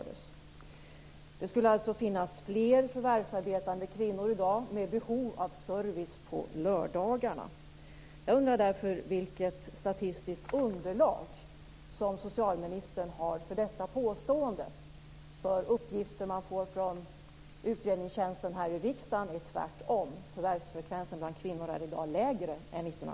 De tyckte att det var lättare att bedriva företagsamhet i Sverige för fem år sedan. Det säger kanske en del om hur pass allvarligt man skall ta på den här typen av enkätundersökningar.